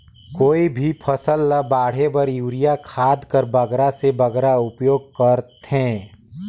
कोई भी फसल ल बाढ़े बर युरिया खाद कर बगरा से बगरा उपयोग कर थें?